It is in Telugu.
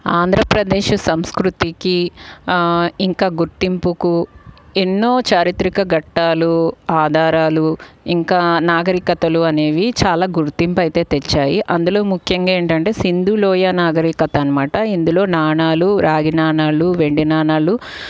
ఆంధ్రప్రదేశ్ సంస్కృతికి ఇంకా గుర్తింపుకు ఎన్నో చారిత్రిక ఘట్టాలు ఆధారాలు ఇంకా నాగరికతలు అనేవి చాలా గుర్తింపు అయితే తెచ్చాయి అందులో ముఖ్యంగా ఏంటంటే సింధు లోయ నాగరికత అన్నమాట ఇందులో నాణేలు రాగి నాణేలు వెండి నాణేలు